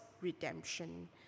redemption